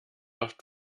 oft